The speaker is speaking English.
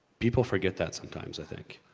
people forget that sometimes, i think.